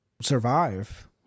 survive